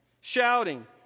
Shouting